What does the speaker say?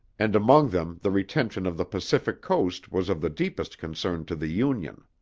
and among them the retention of the pacific coast was of the deepest concern to the union.